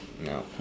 No